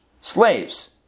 slaves